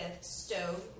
Stove